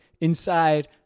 inside